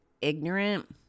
ignorant